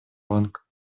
банк